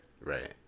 Right